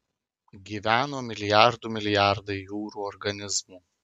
gyveno milijardų milijardai jūrų organizmų